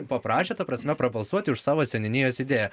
paprašė ta prasme prabalsuoti už savo seniūnijos idėją